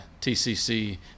TCC